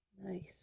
Nice